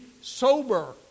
sober